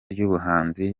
ry’ubuhanzi